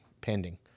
pending